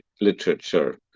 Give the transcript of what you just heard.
literature